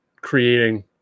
creating